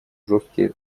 жесткие